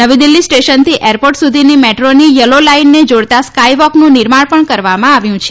નવી દિલ્ફી સ્ટેશનથી એરપોર્ટ સુધીની મેટ્રોની યલો લાઇનને જોડતાં સ્કાયવોકનું નિર્માણ કરવામાં આવ્યું છે